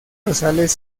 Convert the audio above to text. rosales